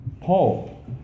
Paul